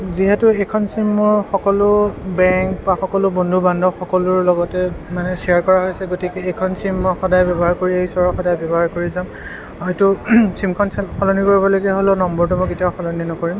যিহেতু এইখন চিম মোৰ সকলো বেংক বা সকলো বন্ধু বান্ধৱসকলৰ লগতে মানে শ্বেয়াৰ কৰা হৈছে গতিকে এইখন চিম মই সদায় ব্যৱহাৰ কৰি আহিছো আৰু সদায় ব্যৱহাৰ কৰি যাম হয়তো চিমখন সলনি কৰিবলগীয়া হ'লেও নম্বৰটো মই কেতিয়াও সলনি নকৰিম